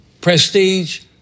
prestige